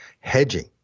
hedging